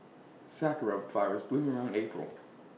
Sakura Flowers bloom around April